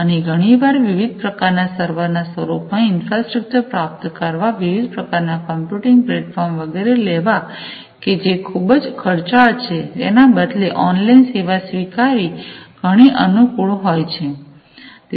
અને ઘણીવાર વિવિધ પ્રકારના સર્વર ના સ્વરૂપમાં ઇન્ફ્રાસ્ટ્રકચર પ્રાપ્ત કરવા વિવિધ પ્રકારના કમ્પ્યુટિંગ પ્લેટફોર્મ વગેરે લેવા કે જે ખૂબ જ ખર્ચાળ છે તેના બદલે ઓનલાઇન સેવા સ્વીકારી ઘણી અનુકૂળ હોય છે